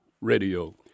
radio